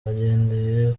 bagendeye